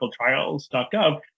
clinicaltrials.gov